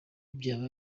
byaba